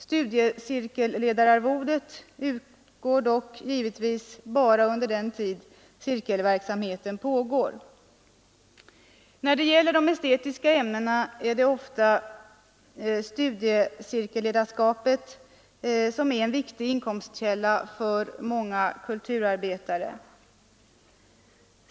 Studiecirkelledararvodet utgår dock givetvis bara under den tid cirkelverksamhet bedrivs. När det gäller de estetiska ämnena är oftast studiecirkelledarskapet en viktig inkomstkälla för många kulturarbetare.